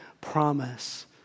promise